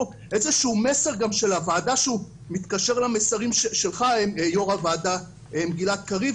איזשהו מסר גם של הועדה שהוא מתקשר למסרים שלך יו"ר הועדה גלעד קריב,